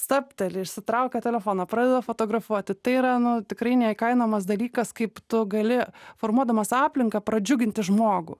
stabteli išsitraukia telefoną pradeda fotografuoti tai yra nu tikrai neįkainojamas dalykas kaip tu gali formuodamas aplinką pradžiuginti žmogų